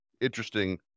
interesting